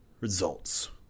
results